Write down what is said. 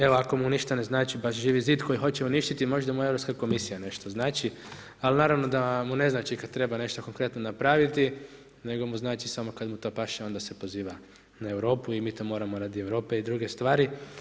Evo ako mu ništa ne znači baš Živi zid koji hoće uništiti, možda mu Europska komisija nešto znači, ali naravno da mu ne znači kad treba nešto konkretno napraviti, nego mu znači samo kad mu to paše, onda se poziva na Europu i mi to moramo radi Europe i druge stvari.